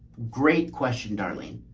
great question, darlene.